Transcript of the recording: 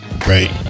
right